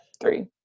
three